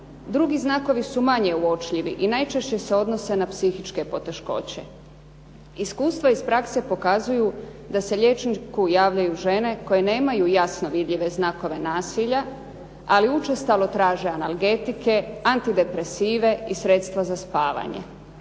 Drugi znakovi su manje uočljivi i najčešće se odnose na psihičke poteškoće. Iskustva iz prakse pokazuju da se liječniku javljaju žene koje nemaju jasno vidljive znakove nasilja, ali učestalo traže analgetike, antidepresive i sredstva za spavanje.